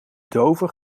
doven